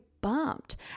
bumped